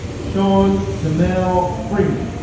sean jamel freeman